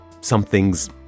something's